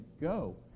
go